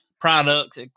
Products